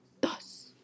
thus